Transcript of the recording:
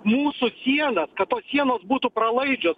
mūsų sieną kad tos sienos būtų pralaidžios